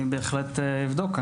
אני בהחלט אבדוק.